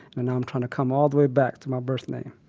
now i'm trying to come all the way back to my birth name,